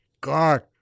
God